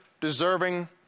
deserving